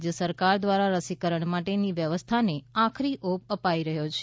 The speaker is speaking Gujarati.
રાજ્ય સરકાર દ્રારા રસીકરણ માટેની વ્યવસ્થાને આખરી ઓપ અપાઈ રહ્યો છે